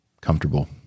comfortable